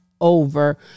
over